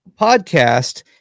podcast